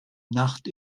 nacht